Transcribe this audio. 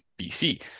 BC